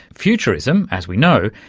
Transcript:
futurism, as we know,